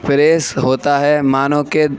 press ہوتا ہے مانو کہ